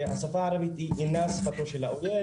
שהשפה הערבית היא אינה שפתו של האויב,